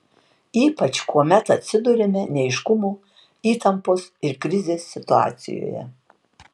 ypač kuomet atsiduriame neaiškumo įtampos ir krizės situacijoje